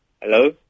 Hello